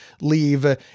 leave